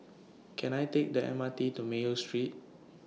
Can I Take The M R T to Mayo Street